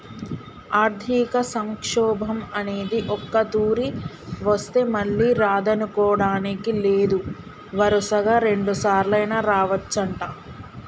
ఆర్థిక సంక్షోభం అనేది ఒక్కతూరి వస్తే మళ్ళీ రాదనుకోడానికి లేదు వరుసగా రెండుసార్లైనా రావచ్చంట